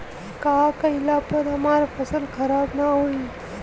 का कइला पर हमार फसल खराब ना होयी?